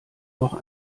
noch